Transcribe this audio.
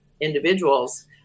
individuals